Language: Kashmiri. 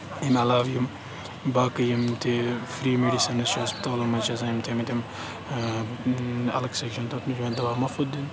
امہِ علاوٕ یِم باقٕے یِم تہِ فرٛی میڈِسَنٕز چھِ ہَسپَتالَن منٛز چھِ آسان یِم تھٔومٕتۍ تِم الگ سیٚکشَن تَتھ منٛز چھِ یِوان دَوا مُفُت دِنہٕ